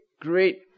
great